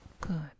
Good